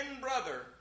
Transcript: brother